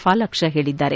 ಪಾಲಾಕ್ಷ ಹೇಳಿದ್ದಾರೆ